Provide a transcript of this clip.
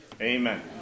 Amen